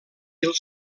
els